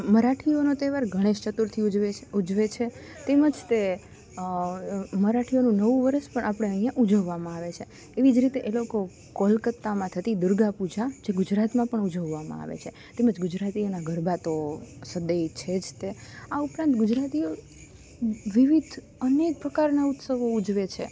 મરાઠીઓનો તહેવાર ગણેશ ચતુર્થી ઉજવે છે ઉજવે છે તેમજ તે મરાઠીઓનું નવું વરસ પણ આપણે અહીંયા ઉજવવામાં આવે છે એવી જ રીતે એ લોકો કોલકતામાં થતી દુર્ગા પૂજા જે ગુજરાતમાં પણ ઉજવવામાં આવે છે તેમજ ગુજરાતીઓના ગરબા તો સદાય છે જ તે આ ઉપરાંત ગુજરાતીઓ વિવિધ અનેક પ્રકારના ઉત્સવો ઉજવે છે